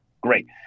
Great